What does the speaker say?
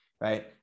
Right